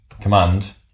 Command